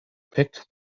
picked